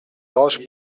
roche